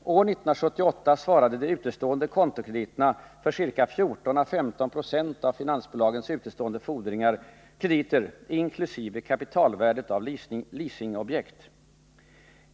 År 1978 svarade de utestående kontokrediterna för ca 14 å 15 96 av finansbolagens utestående krediter inkl. kapitalvärdet av leasingobjekt.